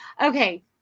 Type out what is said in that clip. Okay